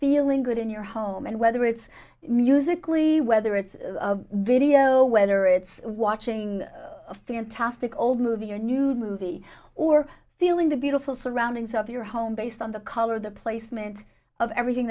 feeling good in your home and whether it's musically whether it's video whether it's watching a fantastic old movie your new movie or feeling the beautiful surroundings of your home based on the color the placement of everything